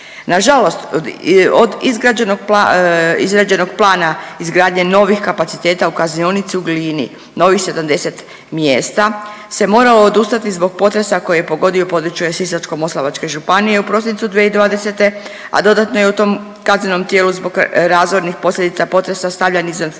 Nažalost od izrađenog plana izgradnje novih kapaciteta u Kaznionici u Glini novih 70 mjesta se moralo odustati zbog potresa koji je pogodio područje Sisačko-moslavačke županije u prosincu 2020., a dodatno je u tom kaznenom tijelu zbog razornih posljedica potresa stavljen izvan funkcije